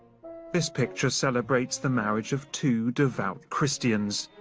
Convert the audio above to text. this picture celebrates the marriage of two devout christians.